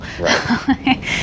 Right